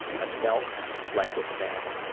i felt like it then